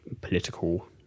political